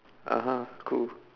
(uh huh) cool